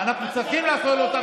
אנחנו שמנו מיליארד שקל.